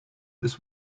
this